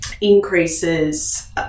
increases